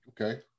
okay